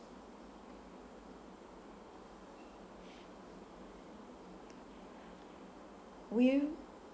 we'll